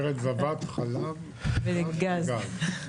ארץ זבת חלב ודבש וגז.